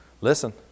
listen